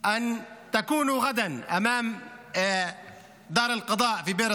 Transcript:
תודה, אדוני היושב-ראש.